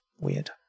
weird